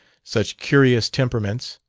such curious temperaments,